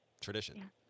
tradition